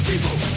People